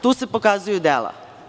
Tu se pokazuju dela.